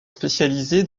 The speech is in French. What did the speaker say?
spécialisé